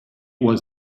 was